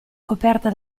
coperta